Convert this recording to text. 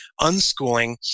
unschooling